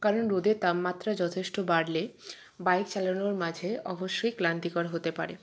কারণ রোদের তাপমাত্রা যথেষ্ট বাড়লে বাইক চালানোর মাঝে অবশ্যই ক্লান্তিকর হতে পারে